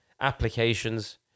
applications